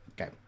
Okay